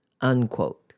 unquote